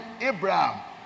Abraham